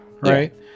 right